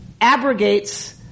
abrogates